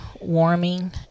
warming